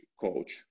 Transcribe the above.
coach